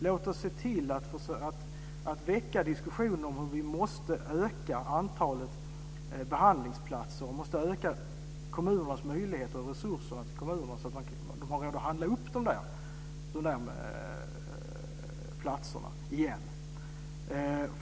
Låt oss se till att väcka diskussionen om att vi måste öka antalet behandlingsplatser, och att vi måste öka kommunernas möjligheter och resurser så att de kan handla upp platserna.